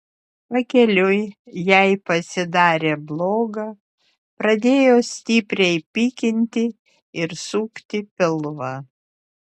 pakeliui jai pasidarė bloga pradėjo stipriai pykinti ir sukti pilvą